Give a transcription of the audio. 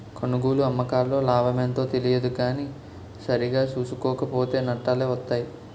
కొనుగోలు, అమ్మకాల్లో లాభమెంతో తెలియదు కానీ సరిగా సూసుకోక పోతో నట్టాలే వొత్తయ్